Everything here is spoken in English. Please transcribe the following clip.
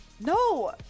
No